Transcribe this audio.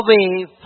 away